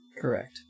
Correct